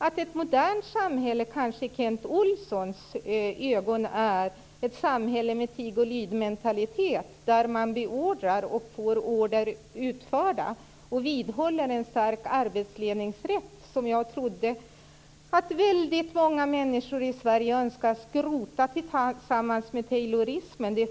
Att ett modernt samhälle i Kent Olssons ögon kanske är ett samhälle med tig-och-lyd-mentalitet, där man beordrar och får order utförda, och vidhåller en stark arbetsledningsrätt - det får stå för Kent Olsson. Jag trodde att väldigt många människor i Sverige önskat detta skrotat tillsammans med taylorismen.